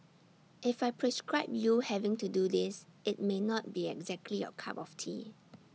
if I prescribe you having to do this IT may not be exactly your cup of tea